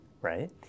right